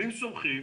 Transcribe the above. אם סומכים,